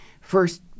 first